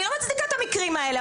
אני לא מצדיקה את המקרים האלה,